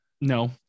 No